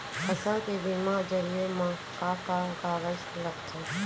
फसल के बीमा जरिए मा का का कागज लगथे?